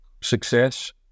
success